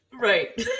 Right